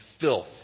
filth